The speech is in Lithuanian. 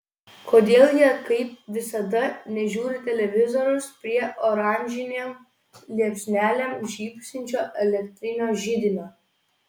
kodėl jie kaip visada nežiūri televizoriaus prie oranžinėm liepsnelėm žybsinčio elektrinio židinio